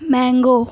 mango